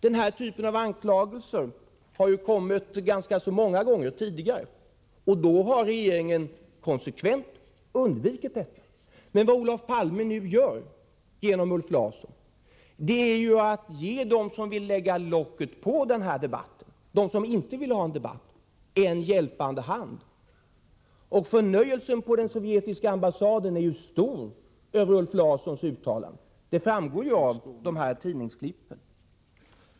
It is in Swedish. Den här typen av anklagelser har ju kommit ganska många gånger tidigare, och då har regeringen konsekvent undvikit att kommentera. Vad Olof Palme nu gör, genom Ulf Larsson, är att ge dem som inte vill ha någon debatt utan vill lägga locket på en hjälpande hand. Förnöjelsen på den sovjetiska ambassaden är också stor över Ulf Larssons uttalande. Det framgår av tidningsklippen.